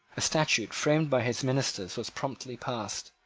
a statute framed by his ministers was promptly passed,